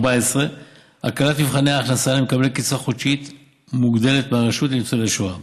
14. הקלת מבחני ההכנסה למקבלי קצבה חודשית מוגדלת מהרשות לניצולי שואה,